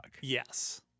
Yes